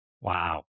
Wow